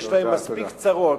יש להם מספיק צרות,